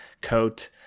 coat